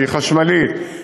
שהיא חשמלית,